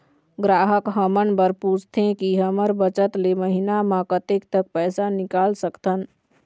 ग्राहक हमन हर पूछथें की हमर बचत ले महीना मा कतेक तक पैसा निकाल सकथन?